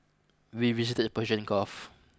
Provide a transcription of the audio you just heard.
we visited the Persian Gulf